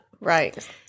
Right